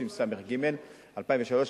התשס"ג 2003,